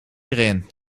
erin